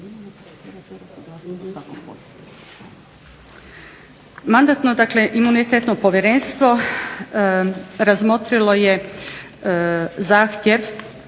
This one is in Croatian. Mandatno-imunitetno povjerenstvo razmotrilo je zahtjev